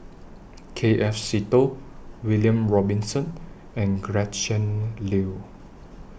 K F Seetoh William Robinson and Gretchen Liu